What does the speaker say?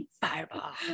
Fireball